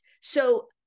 So-